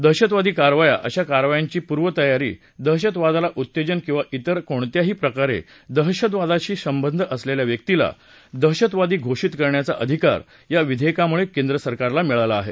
दहशतवादी कारवाया अशा कारवायांची पूर्वतयारी दहशतवादाला उत्तेजन किंवा ित्रेर कोणत्याही प्रकारे दहशतवादाशी संबंध असलेल्या व्यक्तीला दहशतवादी घोषित करण्याचा अधिकार या विधेयकामुळे केंद्रसरकारला मिळाला आहे